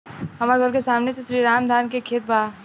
हमर घर के सामने में श्री राम के धान के खेत बा